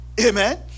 Amen